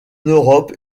europe